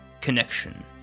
Connection